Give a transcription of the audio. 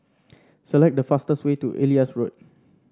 select the fastest way to Elias Road